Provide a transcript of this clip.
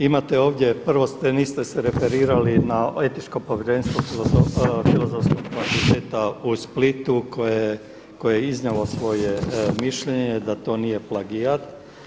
Imate ovdje, prvo niste se referirali na Etičko povjerenstvo Filozofskog fakulteta u Splitu koje je iznijelo svoje mišljenje da to nije plagijat.